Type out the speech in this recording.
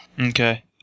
Okay